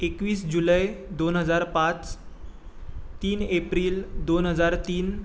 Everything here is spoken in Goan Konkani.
एकवीस जुलय दोन हजार पांच तीन एप्रील दोन हजार तीन